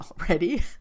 already